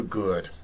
good